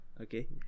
Okay